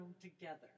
together